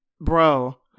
bro